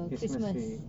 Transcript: christmas week